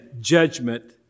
judgment